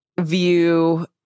view